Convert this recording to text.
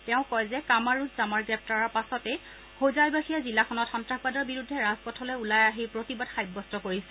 তেওঁ কয় যে কামাৰ উজ জামাৰ গ্ৰেপ্তাৰৰ পাছতেই হোজাই বাসীয়ে জিলাখনত সন্ত্ৰাসবাদৰ বিৰুদ্ধে ৰাজপথলৈ ওলাই আহি প্ৰতিবাদ সাব্যস্ত কৰিছে